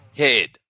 head